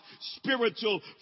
Spiritual